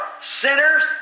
sinners